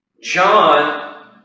John